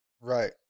Right